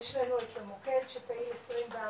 יש לנו את המוקד שפעיל 24/7,